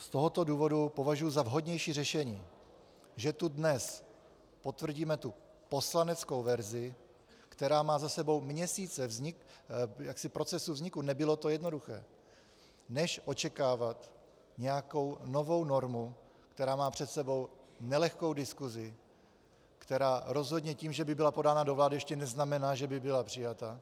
Z tohoto důvodu považuji za vhodnější řešení, že tu dnes potvrdíme poslaneckou verzi, která má za sebou měsíce procesu vzniku, nebylo to jednoduché, než očekávat nějakou novou normu, která má před sebou nelehkou diskusi, která rozhodně tím, že by byla podána do vlády, ještě neznamená, že by byla přijata.